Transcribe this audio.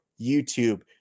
YouTube